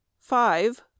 five